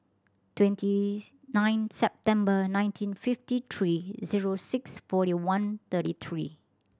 twenty nine September nineteen fifty three zero six forty one thirty three